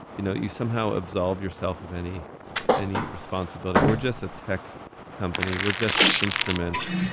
you know, you somehow absolve yourself of any any responsibility, but we're just a tech company, we're just instruments,